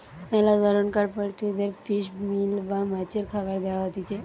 মেলা ধরণকার পোল্ট্রিদের ফিশ মিল বা মাছের খাবার দেয়া হতিছে